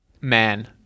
Man